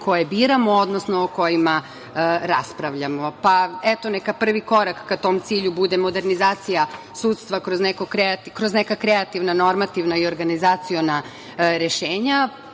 koje biramo, odnosno o kojima raspravljamo, pa eto neka prvi korak ka tom cilju bude modernizacija sudstva kroz neka kreativna normativna i organizaciona rešenja,